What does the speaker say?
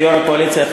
כיושב-ראש הקואליציה,